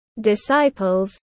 disciples